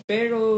Pero